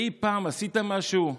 אי פעם עשית משהו?